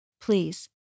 Please